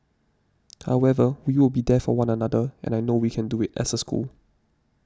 however we will be there for one another and I know we can do it as a school